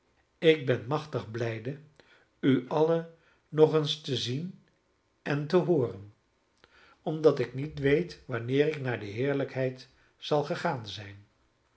ik ben machtig blijde u allen nog eens te zien en te hooren omdat ik niet weet wanneer ik naar de heerlijkheid zal gegaan zijn